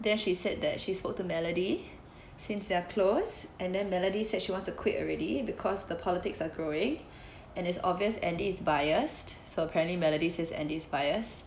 then she said that she spoke to melody since they're close and then melody said she wants to quit already because the politics are growing and it's obvious andy is biased so apparently melody says andy is biased